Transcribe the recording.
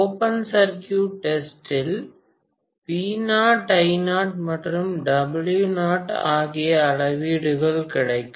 open circuit test இல் V0 I0 மற்றும் W0 ஆகிய அளவீடுகள் கிடைக்கும்